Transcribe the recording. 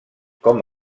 com